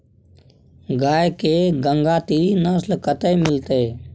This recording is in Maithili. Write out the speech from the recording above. गाय के गंगातीरी नस्ल कतय मिलतै?